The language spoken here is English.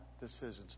decisions